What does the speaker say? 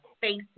face